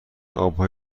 آبها